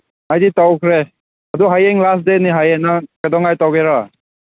ꯑꯩꯗꯤ ꯇꯧꯈ꯭ꯔꯦ ꯑꯗꯨ ꯍꯌꯦꯡ ꯂꯥꯁ ꯗꯦꯠꯅꯤ ꯍꯥꯏꯌꯦ ꯅꯪ ꯀꯩꯗꯧꯉꯩ ꯇꯧꯒꯗ꯭ꯔꯥ